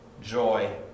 joy